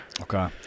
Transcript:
Okay